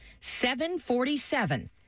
747